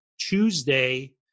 Tuesday